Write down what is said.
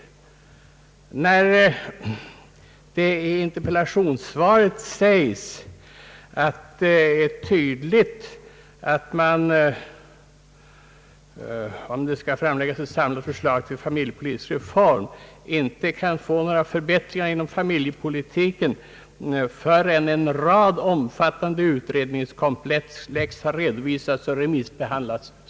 I interpellationssvaret sägs att det är tydligt att man, om det skall framläggas ett samlat förslag till familjepolitisk reform, inte kan genomföra några förbättringar inom =:familjepolitiken förrän en rad omfattande utredningskomplex har redovisats och remissbehandlats.